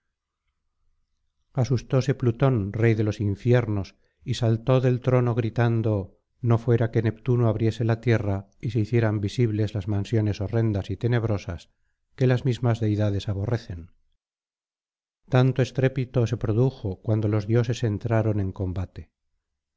asustóse plutón rey de los infiernos y saltó del trono gritando no fuera que neptuno abriese la tierra y se hicieran visibles las mansiones horrendas y tenebrosas que las mismas deidades aborrecen tanto estrépito se produjo cuando los dioses entraron en combate